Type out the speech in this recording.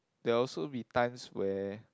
there will also be times where